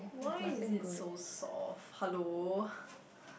why is it so soft hello